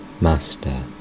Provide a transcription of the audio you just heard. Master